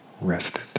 rested